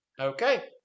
Okay